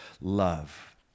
love